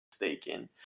mistaken